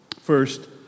First